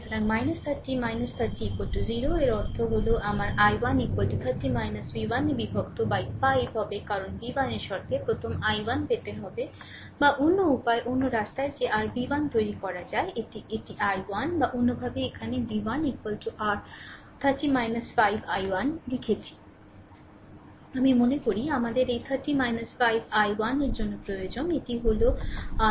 সুতরাং 30 30 0 এর অর্থ হল আমার i 1 30 v1 বিভক্ত 5 হবে কারণ v1 এর শর্তে প্রথম i1 পেতে হবে বা অন্য উপায়ে অন্য রাস্তায় যে r v1 তৈরি করা যায় এটি এটি i1 বা অন্যভাবে এখানে v1 আর 30 5 i1 লিখছি আমি মনে করি এটি আমাদের এই 30 5 i 1 এর জন্য প্রয়োজন এটি হল r v1